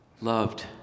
loved